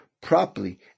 properly